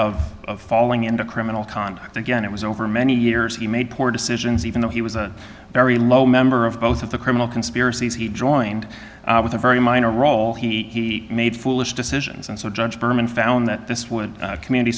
pattern of falling into criminal conduct again it was over many years you made port cision see even though he was a very low member of both of the criminal conspiracies he joined with a very minor role he made foolish decisions and so judge berman found that this would community